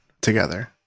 together